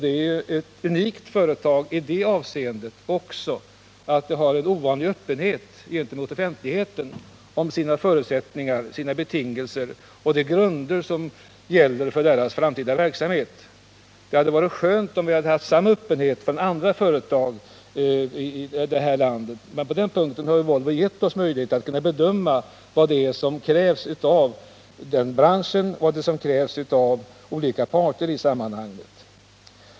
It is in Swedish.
Volvo är ett unikt företag också i det avseendet att det har en ovanlig öppenhet gentemot offentligheten när det gäller företagets förutsättningar, betingelser och grunder för vad som gäller för dess framtida verksamhet — det hade varit skönt om vi hade haft samma öppenhet inom andra företag i det här landet. Volvo har alltså gett oss möjligheter att bedöma vad det är som krävs av bilbranschen och av olika parter i sammanhanget.